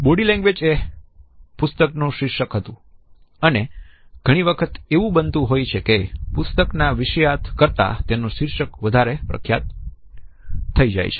body language એ પુસ્તકનું શીર્ષક હતું અને ઘણી વખત એવું બનતું હોય છે કે પુસ્તક ના વિષયાર્થ કરતા તેનું શીર્ષક વધારે પ્રખ્યાત થઈ જાય છે